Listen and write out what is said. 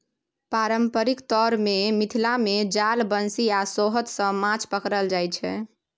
पारंपरिक तौर मे मिथिला मे जाल, बंशी आ सोहथ सँ माछ पकरल जाइ छै